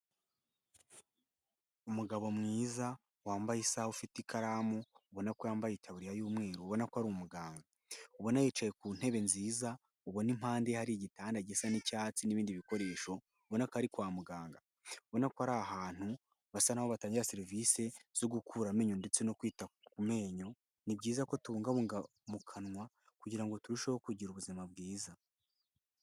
Umugabo mwiza wambaye isaha, ufite ikaramu ubona ko yambaye itaburiya y'umweru, ubona ko ari umuganga, ubona yicaye ku ntebe nziza ubona impande hari igitanda gisa n'icyatsi n'ibindi bikoresho ubona ko ari kwa muganga, ubona ko ari ahantu basa naho batanga serivise zo gukuramo inyo ndetse no kwita ku menyo, ni byiza ko tubungabunga mu kanwa kugira ngo turusheho kugira ubuzima bwiza.